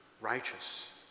righteous